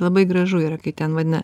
labai gražu yra kai ten vadina